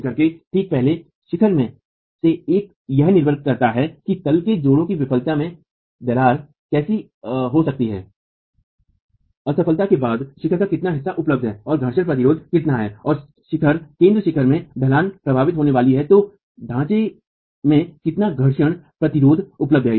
शिखर के ठीक पहले शिखर में से एक यह निर्भर करता है कि तल के जोड़ों की विफलता में देरी कैसे हो सकती है या असफलता के बाद शिखर का कितना हिस्सा उपलब्ध है और घर्षण प्रतिरोध कितना है और केंद्र शिखर में ढलान प्रभावित होने वाली है तो ढाँचे में कितना घर्षण प्रतिरोध उपलब्ध है